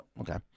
Okay